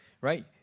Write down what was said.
right